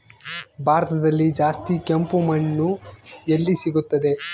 ಭಾರತದಲ್ಲಿ ಜಾಸ್ತಿ ಕೆಂಪು ಮಣ್ಣು ಎಲ್ಲಿ ಸಿಗುತ್ತದೆ?